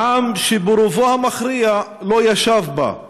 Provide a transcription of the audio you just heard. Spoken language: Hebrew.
לעם שרובו המכריע לא ישב בה,